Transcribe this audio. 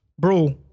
Bro